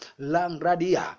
langradia